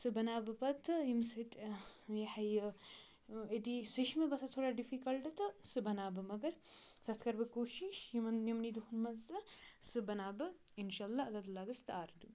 سُہ بَناو بہٕ پَتہٕ ییٚمہِ سۭتۍ یہِ ہہ یہِ أتی سُہ چھِ مےٚ باسان تھوڑا ڈِفِکَلٹ تہٕ سُہ بَناو بہٕ مگر تَتھ کَرٕ بہٕ کوٗشِش یِمَن یِمنٕے دۄہَن منٛز تہٕ سُہ بَناو بہٕ اِنشاء اللہ اللہ تعالیٰ گژھِ تار دیُن